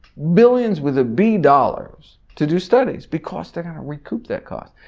billions with a b dollars to do studies because they're going to recup their cost.